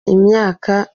imyaka